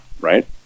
right